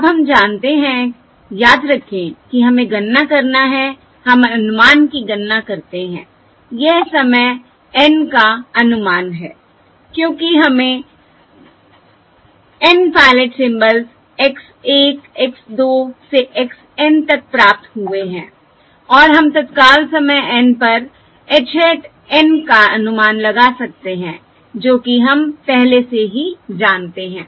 और अब हम जानते हैं याद रखें कि हमें गणना करना है हम अनुमान की गणना करते हैं यह समय N का अनुमान है क्योंकि हमें N pilot symbols x 1 x 2 से x N तक प्राप्त हुए हैं और हम तत्काल समय N पर h hat N काअनुमान लगा सकते हैं जो कि हम पहले से ही जानते हैं